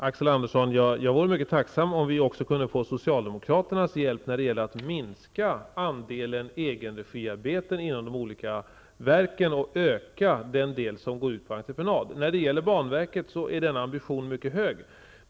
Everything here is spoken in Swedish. Herr talman! Jag vore mycket tacksam, Axel Andersson, om vi kunde få även Socialdemokraternas hjälp när det gäller att minska andelen egenregiarbeten inom de olika verken och öka den del som går ut på entreprenad. När det gäller banverket är denna ambition mycket hög.